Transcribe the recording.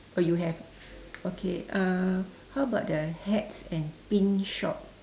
oh you have ah okay uh how about the hats and pin shop